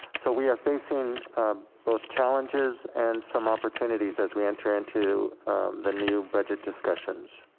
so we are facing both challenges and some opportunities as we enter into the new budget discussions.